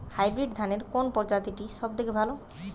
Hybrid ধানের কোন প্রজীতিটি সবথেকে ভালো?